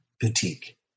boutique